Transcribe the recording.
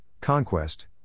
Conquest